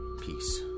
Peace